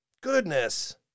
Goodness